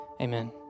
Amen